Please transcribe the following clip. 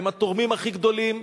הם התורמים הכי גדולים,